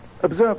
Observe